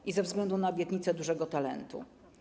I ze względu na obietnicę dużego talentu.